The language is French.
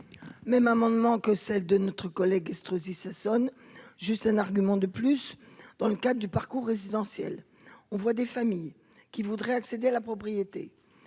Même amendement que celle de notre collègue Estrosi Sassone juste un argument de plus dans le cadre du parcours résidentiel, on voit des familles qui voudraient accéder à la propriété